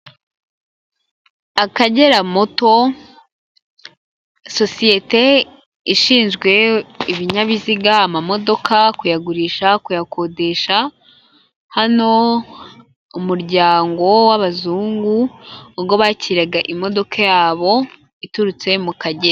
Akagera moto sosiyete ishinzwe ininyabiziga amamodoka, kuyagurisha kuyakodesha hano, umuryango w'abazungu ubwo bakiraga imodoka yabo iturutse mu kagera.